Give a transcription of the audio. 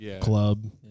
club